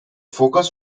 focus